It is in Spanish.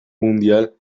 mundial